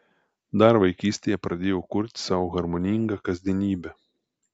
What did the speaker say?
dar vaikystėje pradėjau kurti sau harmoningą kasdienybę